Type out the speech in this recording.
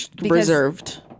reserved